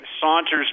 saunters